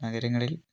നഗരങ്ങളിൽ